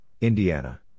Indiana